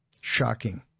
Shocking